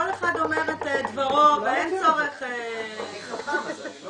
כל אחד אומר את דברו ואין צורך --- אני לא